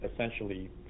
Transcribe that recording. essentially